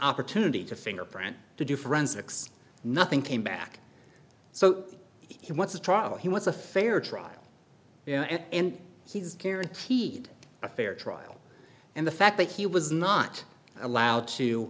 opportunity to fingerprint to do forensics nothing came back so he went to trial he was a fair trial and he's guaranteed a fair trial and the fact that he was not allowed to